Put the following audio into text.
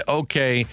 okay